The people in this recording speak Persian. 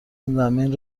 زمین